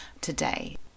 today